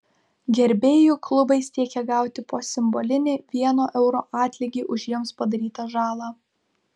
gerbėjų klubai siekia gauti po simbolinį vieno euro atlygį už jiems padarytą žalą